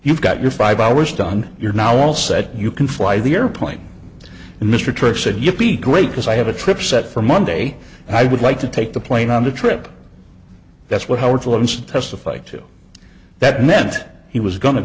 you've got your five hours done you're now all set you can fly the airplane and mr tripp said you'd be great because i have a trip set for monday and i would like to take the plane on the trip that's what howard's limbs testify to that meant he was going to